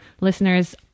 listeners